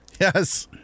yes